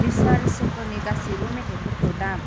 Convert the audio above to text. भिसाल सेकरनि गासैबो मेथाइफोरखौ दाम